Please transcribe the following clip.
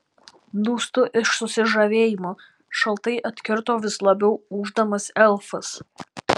dūstu iš susižavėjimo šaltai atkirto vis labiau ūždamas elfas